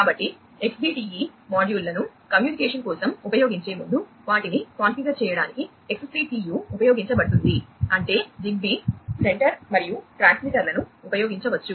కాబట్టి XBTE మాడ్యూళ్ళను communication కోసం ఉపయోగించే ముందు వాటిని కాన్ఫిగర్ చేయడానికి XCTU ఉపయోగించబడుతుంది అంటే జిగ్బీ సెంటర్ మరియు ట్రాన్స్మిటర్లను ఉపయోగించవచ్చు